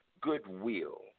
goodwill